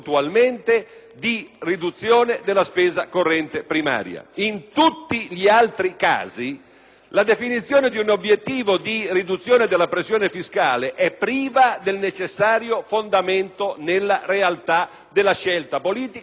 la definizione di un obiettivo di riduzione della pressione fiscale è priva del necessario fondamento nella realtà della scelta politica di gestione di bilancio. Ecco perché, se il senatore Baldassarri introduce nell'ordine del giorno